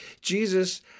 Jesus